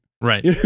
Right